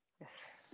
Yes